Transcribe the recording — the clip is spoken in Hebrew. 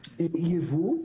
הייבוא.